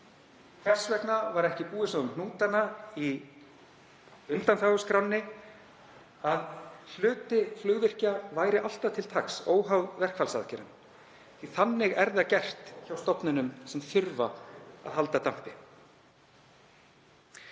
að ekki var búið svo um hnútana í undanþáguskránni að hluti flugvirkja væri alltaf til taks, óháð verkfallsaðgerðunum? Þannig er það gert hjá stofnunum sem þurfa að halda dampi.